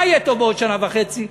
מה יהיה טוב בעוד שנה וחצי?